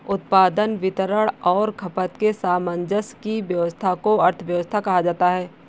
उत्पादन, वितरण और खपत के सामंजस्य की व्यस्वस्था को अर्थव्यवस्था कहा जाता है